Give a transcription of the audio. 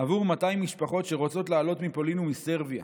עבור 200 משפחות שרוצות לעלות מפולין ומסרביה,